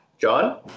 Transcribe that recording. John